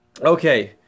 Okay